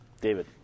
David